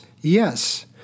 yes